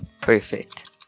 Perfect